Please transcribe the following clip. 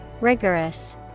Rigorous